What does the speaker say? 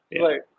Right